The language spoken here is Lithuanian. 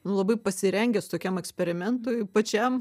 nu labai pasirengęs tokiam eksperimentui pačiam